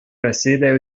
россиядә